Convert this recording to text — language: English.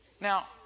Now